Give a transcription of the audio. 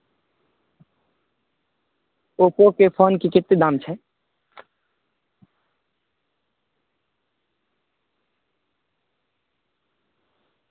बिहारमे तऽ अहाँ जानिते होयबै सबसँ पहिने नालन्दा बिश्बिद्यालय रहै बहुत दूर दूरके बिदेशके भी छात्र आबैत रहथिन ओहिठाम बिद्या अध्ययनके लिए